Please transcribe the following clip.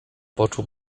poczuł